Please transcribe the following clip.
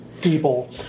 people